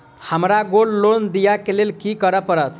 हमरा gold loan लिय केँ लेल की करऽ पड़त?